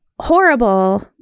horrible